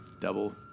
Double